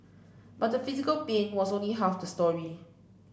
but the physical pain was only half the story